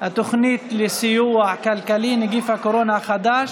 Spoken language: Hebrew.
התוכנית לסיוע כלכלי (נגיף הקורונה החדש)